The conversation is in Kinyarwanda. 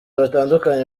batandukanye